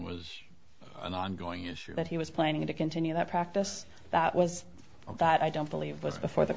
was an ongoing issue that he was planning to continue that practice that was that i don't believe us before the